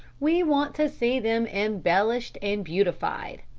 we want to see them embellished and beautified.